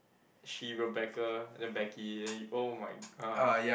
she Rebecca then Becky then !oh-my! !ugh!